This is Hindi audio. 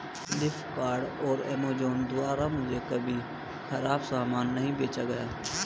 फ्लिपकार्ट और अमेजॉन द्वारा मुझे कभी खराब सामान नहीं बेचा गया